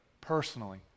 personally